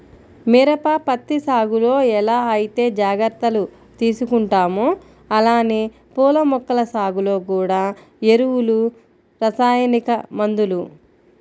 మిరప, పత్తి సాగులో ఎలా ఐతే జాగర్తలు తీసుకుంటామో అలానే పూల మొక్కల సాగులో గూడా ఎరువులు, రసాయనిక మందులు